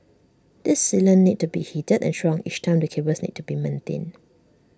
this sealant needed to be heated and shrunk each time the cables need to be maintained